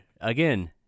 again